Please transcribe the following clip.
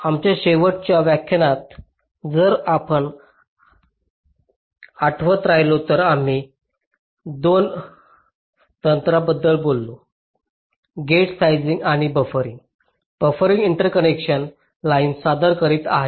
आमच्या शेवटच्या व्याख्यानात जर आपण आठवत राहिलो तर आम्ही 2 तंत्राबद्दल बोललो गेट साइझिंग आणि बफरिंग बफरिंग इंटरकनेक्शन लाईन्स सादर करीत आहे